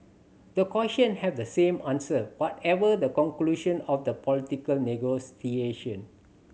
the question have the same answer whatever the conclusion of the political negotiation